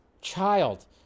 child